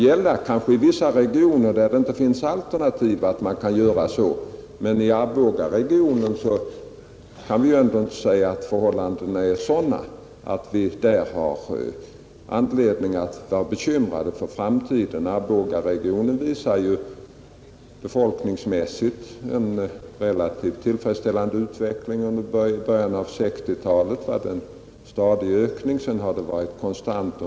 I vissa regioner, där det inte finns alternativ, kan man kanske göra så, men i Arbogaregionen är inte förhållandena sådana att vi har anledning att vara bekymrade för framtiden — Arbogaregionen visar befolkningsmässigt en relativt tillfredsställande utveckling. I början av 1960-talet ökade befolkningen stadigt, under senare år har den varit konstant.